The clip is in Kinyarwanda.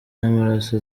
n’amaraso